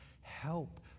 help